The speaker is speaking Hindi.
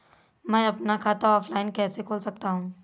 मैं अपना खाता ऑफलाइन कैसे खोल सकता हूँ?